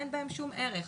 אין בהם שום ערך.